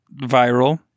viral